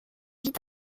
vite